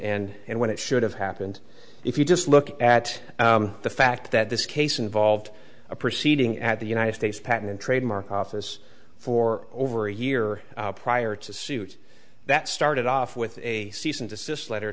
and when it should have happened if you just look at the fact that this case involved a proceeding at the united states patent and trademark office for over a year prior to suit that started off with a cease and desist letter